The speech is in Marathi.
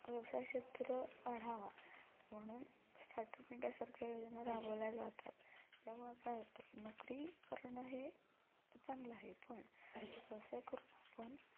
व्यवसाय क्षेत्र वाढावा म्हणून स्टार्टअप इंड्यासारख्या योजना राबवल्या जातात ज्यामुळे काय होतं की नोकरी करणं हे चांगलं आहे पण व्यवसाय करून आपण